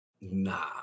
nah